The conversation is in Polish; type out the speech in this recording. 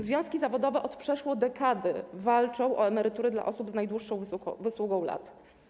Związki zawodowe od przeszło dekady walczą o emerytury dla osób z najdłuższą wysługą lat.